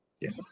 Yes